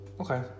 Okay